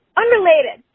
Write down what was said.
unrelated